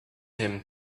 him